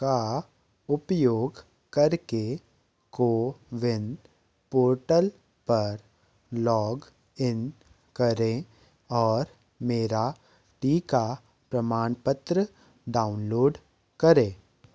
का उपयोग करके कोविन पोर्टल पर लॉग इन करें और मेरा टीका प्रमाणपत्र डाउनलोड करें